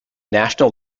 national